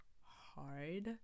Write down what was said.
hard